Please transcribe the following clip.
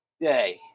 day